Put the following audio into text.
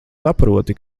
saproti